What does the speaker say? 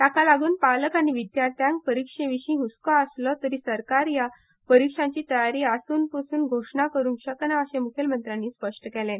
ताका लागून पालक आनी विद्यार्थ्यांक परिक्षे विशीं हस्को आसलो तरी सरकार ह्या परिक्षांची तयारी आसून पसून घोशणा करूंक शकना अशें तांणी स्पश्ट केलें